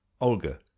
Olga